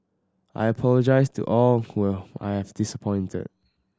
I apologise to all I have disappointed